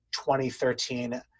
2013